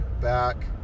back